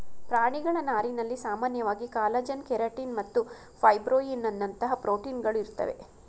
ಪ್ರಾಣಿಗಳ ನಾರಿನಲ್ಲಿ ಸಾಮಾನ್ಯವಾಗಿ ಕಾಲಜನ್ ಕೆರಟಿನ್ ಮತ್ತು ಫೈಬ್ರೋಯಿನ್ನಂತಹ ಪ್ರೋಟೀನ್ಗಳು ಇರ್ತವೆ